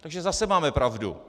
Takže zase máme pravdu.